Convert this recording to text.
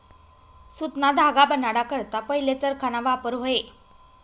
सुतना धागा बनाडा करता पहिले चरखाना वापर व्हये